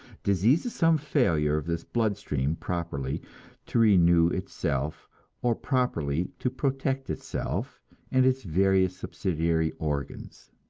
disease is some failure of this blood-stream properly to renew itself or properly to protect itself and its various subsidiary organs.